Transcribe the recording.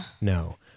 No